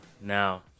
Now